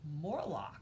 Morlock